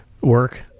work